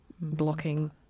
blocking